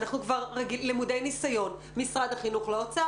אנחנו כבר למודי ניסיון משרד החינוך לאוצר,